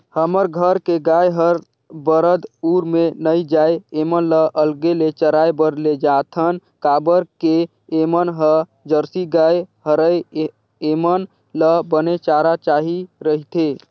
हमर घर के गाय हर बरदउर में नइ जाये ऐमन ल अलगे ले चराए बर लेजाथन काबर के ऐमन ह जरसी गाय हरय ऐेमन ल बने चारा चाही रहिथे